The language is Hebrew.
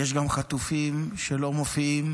ויש גם חטופים שלא מופיעים